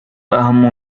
أهم